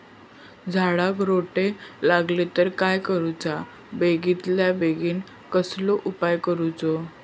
झाडाक रोटो लागलो तर काय करुचा बेगितल्या बेगीन कसलो उपाय करूचो?